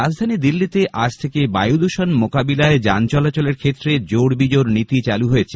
রাজধানী দিল্লীতে আজ থেকে বায়ুদূষণ মোকাবিলায় যান চলাচলের ক্ষেত্রে জোড় বিজোড় নীতি চালু হয়েছে